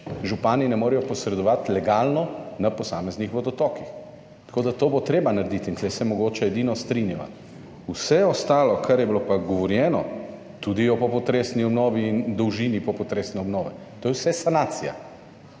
župani ne morejo posredovati legalno na posameznih vodotokih, tako da to bo treba narediti in tu se mogoče edino strinjava. Vse ostalo, kar je bilo pa govorjeno, tudi o popotresni obnovi in dolžini popotresne obnove, to je vse sanacija.